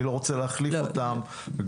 אני לא רוצה להחליף אותם --- לא,